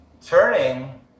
turning